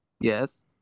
Yes